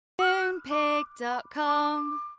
Moonpig.com